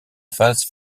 phase